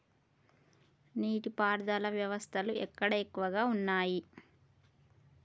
నీటి పారుదల వ్యవస్థలు ఎక్కడ ఎక్కువగా ఉన్నాయి?